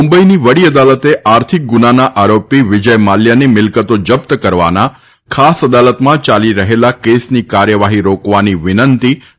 મુંબઈની વડી અદાલતે આર્થિક ગુનાના આરોપી વિજય માલ્યાની મીલકતો જપ્ત કરવાના ખાસ અદાલતમાં ચાલી રહેલા કેસની કાર્યવાહી રોકવાની વિનંતી નકારી કાઢી છે